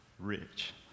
Rich